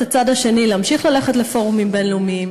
הצד השני להמשיך ללכת לפורומים בין-לאומיים,